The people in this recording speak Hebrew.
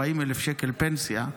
40,000 שקל פנסיה,